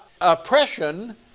oppression